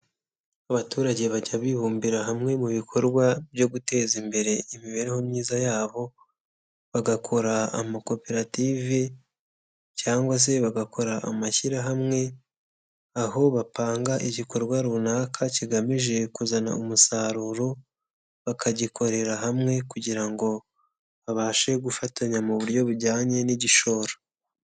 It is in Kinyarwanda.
Abaturage bajya bibumbira hamwe mu bikorwa byo guteza imbere imibereho myiza yabo bagakora amakoperative cyangwa se bagakora amashyirahamwe, aho bapanga igikorwa runaka kigamije kuzana umusaruro bakagikorera hamwe kugira ngo babashe gufatanya mu buryo bujyanye n'igishoro.